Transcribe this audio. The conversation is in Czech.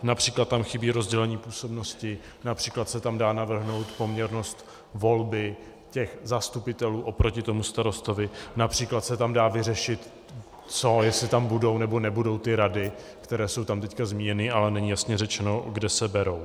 Například tam chybí rozdělení působnosti, například se tam dá navrhnout poměrnost volby těch zastupitelů oproti tomu starostovi, například se tam dá vyřešit to, jestli tam budou nebo nebudou ty rady, které jsou tam teď zmíněny, ale není jasně řečeno, kde se berou.